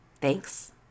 Thanks